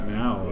now